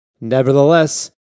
Nevertheless